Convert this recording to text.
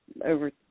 over